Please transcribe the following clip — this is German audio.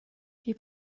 die